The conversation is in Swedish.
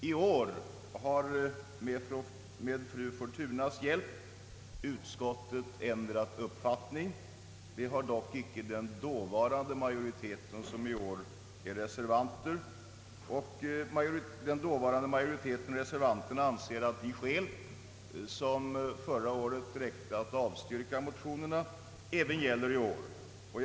I år har med fru Fortunas hjälp utskottet ändrat uppfattning. Det har dock inte den dåvarande majoriteten, som i år är reservanter. Den dåvarande majoriteten — alltså nu reservanterna — anser att de skäl som förra året räckte för att avstyrka motionerna gäller även i år.